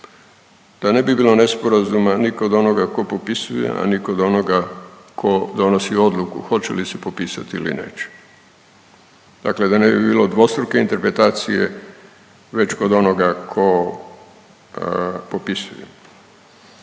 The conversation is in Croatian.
da ne bi bilo nesporazuma ni kod onoga tko popisuje, a ni kod onoga tko donosi odluku hoće li se popisati ili neće. Dakle da ne bi bilo dvostruke interpretacije već kod onoga tko popisuje.